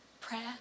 prayer